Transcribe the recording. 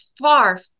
far